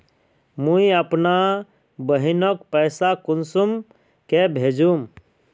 मुई अपना बहिनोक पैसा कुंसम के भेजुम?